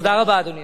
תודה רבה, אדוני.